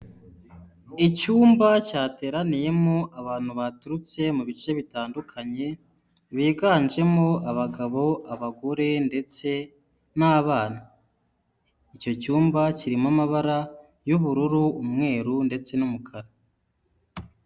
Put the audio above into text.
Icyumba cyateraniyemo abantu baturutse mu bice bitandukanye biganjemo abagabo, abagore ndetse n'abana, icyo cyumba kirimo amabara y'ubururu, umweru ndetse n'umukara.